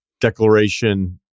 Declaration